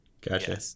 Gotcha